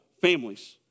families